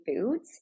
foods